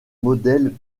modèles